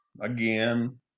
again